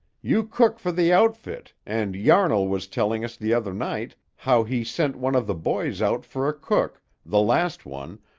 you cook for the outfit, and yarnall was telling us the other night how he sent one of the boys out for a cook, the last one,